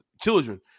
Children